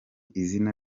izina